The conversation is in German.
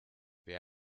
wer